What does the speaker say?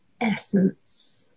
essence